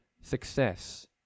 success